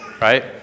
Right